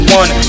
one